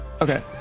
Okay